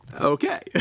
okay